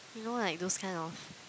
you know like those kind of